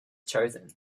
chosen